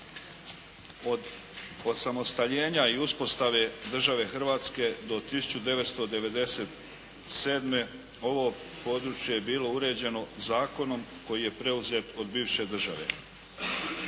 Od osamostaljenja i uspostave Republike Hrvatske do 1997., ovo područje je bilo uređeno zakonom koji je preuzet od bivše države.